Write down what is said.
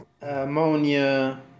ammonia